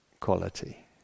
quality